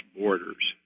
borders